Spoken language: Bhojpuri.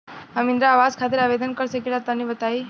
हम इंद्रा आवास खातिर आवेदन कर सकिला तनि बताई?